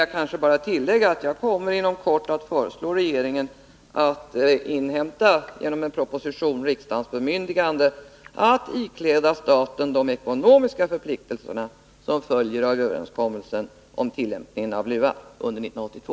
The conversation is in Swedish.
Jag vill bara tillägga att jag inom kort kommer att föreslå regeringen att genom en proposition inhämta riksdagens bemyndigande att ikläda staten de ekonomiska förpliktelser som följer av överenskommelsen om tillämpningen av LUA under 1982.